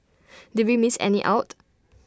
did we miss any out